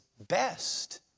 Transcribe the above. best